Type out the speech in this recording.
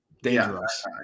dangerous